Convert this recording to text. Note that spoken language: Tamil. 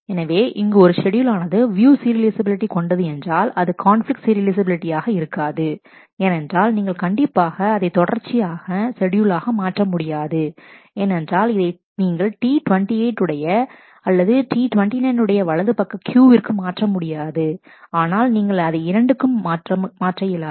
எனவே இங்கு ஒரு ஷெட்யூல் ஆனது வியூ சீரியலைஃசபிலிட்டி கொண்டது என்றால் அது கான்பிலிக்ட் சீரியலைஃசபிலிட்டி ஆக இருக்காது ஏனென்றால் நீங்கள் கண்டிப்பாக அதை தொடர்ச்சியான ஷெட்யூல் ஆக மாற்ற முடியாது ஏனென்றால் இதை நீங்கள் T28 உடைய அல்லது T29 உடைய வலதுபக்கQ விற்கு மாற்ற முடியாது ஆனால் நீங்கள் இதை இரண்டுக்கும் மாற்ற இயலாது